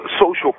social